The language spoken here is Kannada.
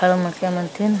ಕಳುವ್ ಮಾಡ್ಕೊಂಬಂದ್ ತಿಂದು